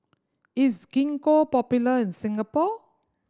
is Gingko popular in Singapore